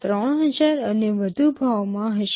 ૩૦૦૦ અને વધુ ભાવમાં હશે